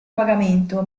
pagamento